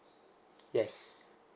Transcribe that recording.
yes